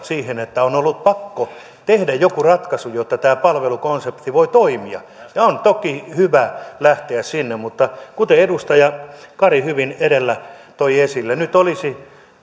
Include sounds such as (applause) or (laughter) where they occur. (unintelligible) siihen että on ollut pakko tehdä joku ratkaisu jotta tämä palvelukonsepti voi toimia ja on toki hyvä lähteä sinne mutta kuten edustaja kari hyvin edellä toi esille nyt olisi